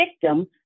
victim